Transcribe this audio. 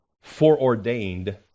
foreordained